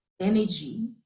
energy